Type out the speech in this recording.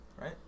right